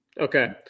Okay